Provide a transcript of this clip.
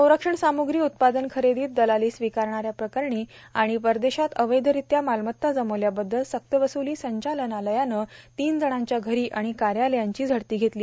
संरक्षण साम्ग्री उत्पादन खरेदीत दलाली स्वीकारल्या प्रकरणी आणि परदेशात अवैधरित्या मालमत्ता जमवल्याबद्दल सक्तवस्ली संचालनालयानं तीन जणांच्या घरांची आणि कार्यालयांची झडती घेतली